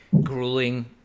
grueling